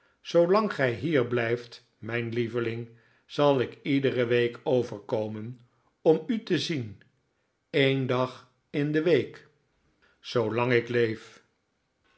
zoolang gij hier zijt mijn lieveling zal ik iedere week overkomen om u te zien een dag in de week david copperfield zoolang ik leef